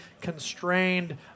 constrained